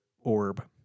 orb